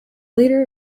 leader